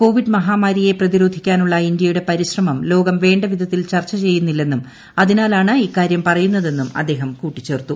Covid മഹാമാരിയെ പ്രതിരോധിക്കാനുളള ഇന്ത്യയുടെ പരിശ്രമം ലോകം വേണ്ട വിധത്തിൽ ചർച്ച ചെയ്യുന്നില്ലെന്നും അതിനാലാണ് ഇക്കാരൃം പറയുന്നതെന്നും അദ്ദേഹം കൂട്ടിച്ചേർത്തു